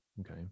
Okay